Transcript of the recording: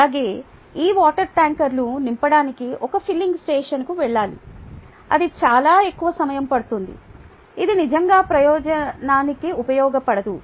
అలాగే ఈ వాటర్ ట్యాంకర్లు నింపడానికి ఒక ఫిల్లింగ్ స్టేషన్కు వెళ్లాలి అది చాలా ఎక్కువ సమయం పడుతుంది ఇది నిజంగా ప్రయోజనానికి ఉపయోగపడదు